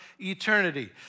eternity